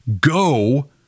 go